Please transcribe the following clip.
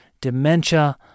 dementia